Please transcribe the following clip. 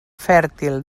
fèrtil